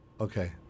okay